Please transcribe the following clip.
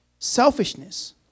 Selfishness